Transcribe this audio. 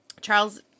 Charles